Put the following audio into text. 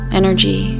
energy